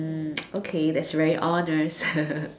mm okay that's very honest